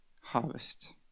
harvest